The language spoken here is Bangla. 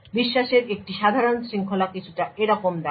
বিশ্বাসের একটি সাধারণ শৃঙ্খলা কিছুটা এইরকম দেখায়